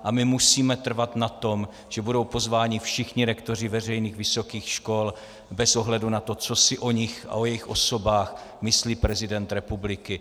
A my musíme trvat na tom, že budou pozváni všichni rektoři veřejných vysokých škol bez ohledu na to, co si o nich a o jejich osobách myslí prezident republiky.